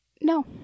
no